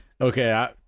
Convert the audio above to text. Okay